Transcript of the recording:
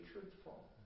truthful